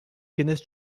kenneth